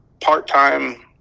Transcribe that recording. part-time